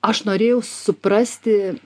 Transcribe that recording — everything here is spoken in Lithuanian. aš norėjau suprasti